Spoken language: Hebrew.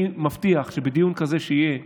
אני מבטיח שבדיון כזה שיהיה,